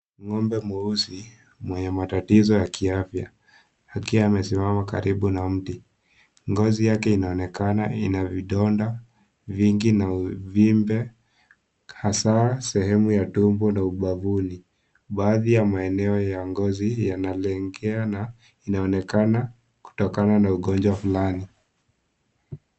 Ng'ombe mweusi, mwenye matatizo ya kiafya. Akiwa amesimama karibu na mti. Ngozi yake inaonekana ina vidonda vingi na uvimbe hasa sehemu ya tumbo na ubafuni. Baadhi ya maeneo ya ngozi yanalenkea na inaonekana kutokana na ugonjwa fulani.